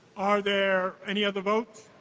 are there any other votes?